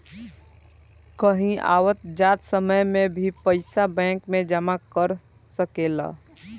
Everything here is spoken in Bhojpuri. कहीं आवत जात समय में भी पइसा बैंक में जमा कर सकेलऽ